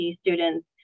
students